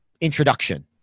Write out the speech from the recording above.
introduction